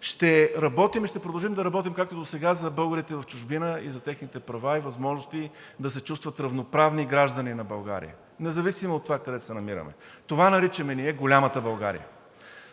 Ще работим и ще продължим да работим, както и досега, за българите в чужбина, за техните права и възможности, за да се чувстват равноправни граждани на България, независимо от това къде се намират. Това ние наричаме „голямата България“,